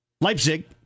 Leipzig